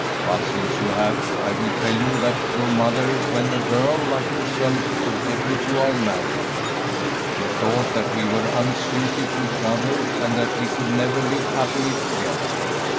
but since you have i will tell you that your mother when a girl like yourself objected to our marriage she thought that we were unsuited to each other and that we could never live happily together.